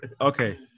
Okay